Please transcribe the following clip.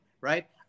right